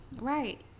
Right